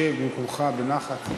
שב במקומך בנחת.